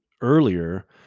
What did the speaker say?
earlier